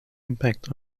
impact